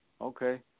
okay